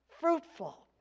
fruitful